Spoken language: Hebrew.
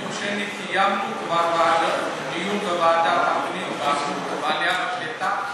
ביום שני אנחנו כבר קיימנו דיון בוועדת הפנים וועדת העלייה והקליטה.